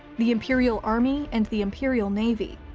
the imperial army and the imperial navy.